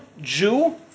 Jew